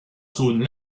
zone